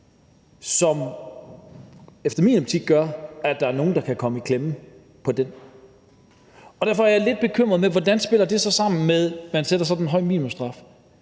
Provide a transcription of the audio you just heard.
som i min optik gør, at der er nogle, der kan komme i klemme. Derfor er jeg lidt bekymret over, hvordan det så spiller sammen med, at man sætter sådan en høj minimumsstraf,